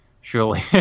surely